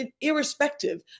irrespective